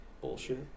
bullshit